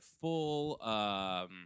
full